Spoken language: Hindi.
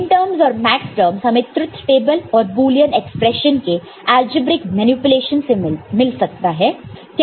मिनटर्म्स और मैक्सटर्म्स हमें ट्रुथ टेबल और बुलियन एक्सप्रेशन के अलजेब्रिक मैनिपुलेशन से मिल सकता है